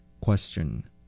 Question